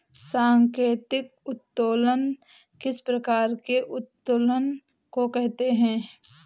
सांकेतिक उत्तोलन किस प्रकार के उत्तोलन को कहते हैं?